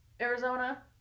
Arizona